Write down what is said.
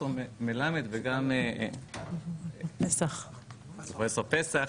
פרופסור מלמד וגם פרופסור פסח,